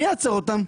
מי יעצור אותם?